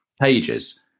pages